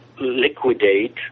liquidate